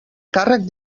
càrrec